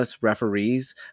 referees